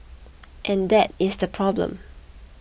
and that is the problem